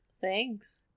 Thanks